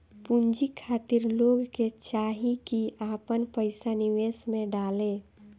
पूंजी खातिर लोग के चाही की आपन पईसा निवेश में डाले